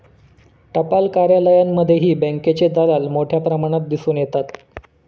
टपाल कार्यालयांमध्येही बँकेचे दलाल मोठ्या प्रमाणात दिसून येतात